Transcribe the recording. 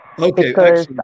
Okay